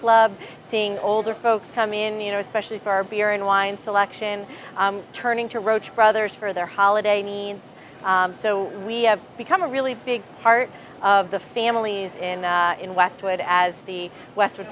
club seeing older folks come in you know especially for beer and wine selection and turning to roach brothers for their holiday means so we have become a really big part of the family and in westwood as the west